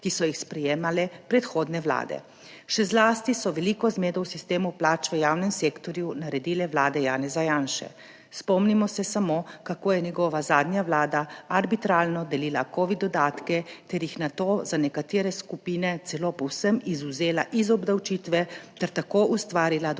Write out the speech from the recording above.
ki so jih sprejemale predhodne vlade, še zlasti so veliko zmedo v sistemu plač v javnem sektorju naredile vlade Janeza Janše. Spomnimo se samo, kako je njegova zadnja vlada arbitrarno delila covid dodatke ter jih nato za nekatere skupine celo povsem izvzela iz obdavčitve ter tako ustvarila dodatna